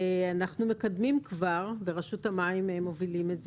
אנחנו מקדמים כבר, ברשות המים מובילים את זה,